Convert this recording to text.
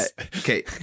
Okay